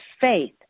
faith